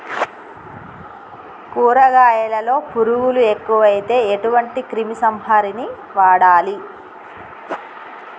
కూరగాయలలో పురుగులు ఎక్కువైతే ఎటువంటి క్రిమి సంహారిణి వాడాలి?